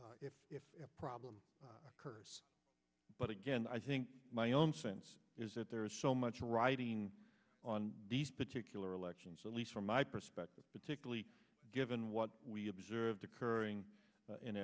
available if a problem occurs but again i think my own sense is that there is so much riding on these particular elections at least from my perspective particularly given what we observed occurring in